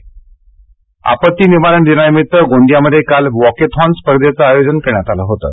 गोंदिया आपत्ती निवारण दिनानिमित्त गोंदियामध्ये काल वॉकेथॉन स्पर्धेचं आयोजन करण्यात आलं होतं